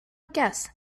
guess